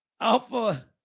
alpha